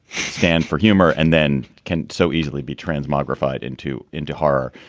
stand for humor. and then can so easily be transmogrified into into horror.